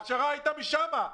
הפשרה הייתה משם,